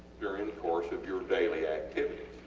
during the course of your daily activities?